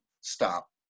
stop